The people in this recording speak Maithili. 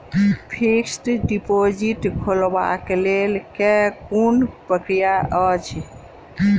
फिक्स्ड डिपोजिट खोलबाक लेल केँ कुन प्रक्रिया अछि?